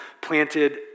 planted